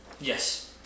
Yes